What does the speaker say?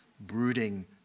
brooding